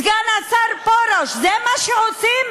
סגן השר פרוש, זה מה שעושים?